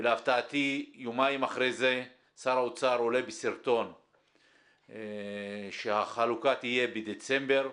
ולהפתעתי יומיים אחרי זה שר האוצר עלה בסרטון שהחלוקה תהיה בדצמבר,